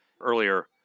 earlier